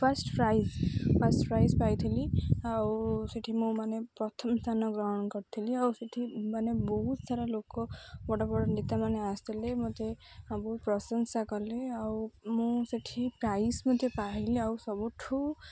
first prize first prize ପାଇଥିଲି ଆଉ ସେଠି ମୁଁ ମାନେ ପ୍ରଥମ ସ୍ଥାନ ଗ୍ରହଣ କରିଥିଲି ଆଉ ସେଠି ମାନେ ବହୁତ ସାରା ଲୋକ ବଡ଼ ବଡ଼ ନେତା ମାନେ ଆସିଥିଲେ ମୋତେ ବହୁତ ପ୍ରଶଂସା କଲେ ଆଉ ମୁଁ ସେଠି ପ୍ରାଇଜ ମଧ୍ୟ ପାଇଲି ଆଉ ସବୁଠୁ